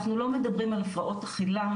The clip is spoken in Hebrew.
אנחנו לא מדברים על הפרעות אכילה,